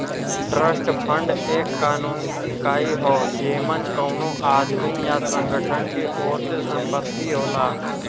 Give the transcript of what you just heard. trust fund एक कानूनी इकाई हौ जेमन कउनो आदमी या संगठन के ओर से संपत्ति होला